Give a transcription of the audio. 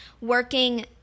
working